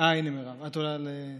הינה מרב, את עולה?